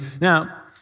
Now